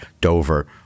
Dover